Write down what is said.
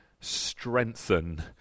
strengthen